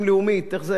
הסתדרות העובדים.